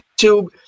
YouTube